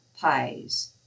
pies